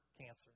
cancer